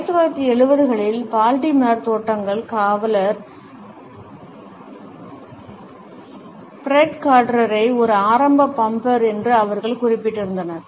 1970 களில் பால்டிமோர் தோட்டாக்கள் காவலர் ஃப்ரெட் கார்டரை ஒரு ஆரம்ப பம்பர் என்று அவர்கள் குறிப்பிட்டிருந்தனர்